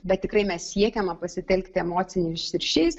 bet tikrai mes siekiama pasitelkti emociniais ryšiais